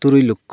ᱛᱩᱨᱩᱭ ᱞᱚᱠᱠᱷᱚ